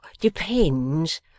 depends